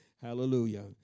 Hallelujah